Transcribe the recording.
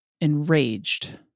enraged